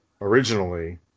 originally